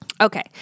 Okay